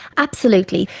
absolutely.